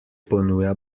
ponuja